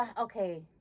Okay